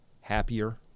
happier